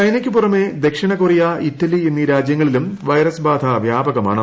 ചൈനയ്ക്കു പുറമെ ദക്ഷിണ Korea Italy എന്നീ രാജ്യങ്ങളിലും വൈറസ് ബാധ വ്യാപകമാണ്